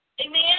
Amen